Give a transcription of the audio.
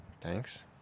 thanks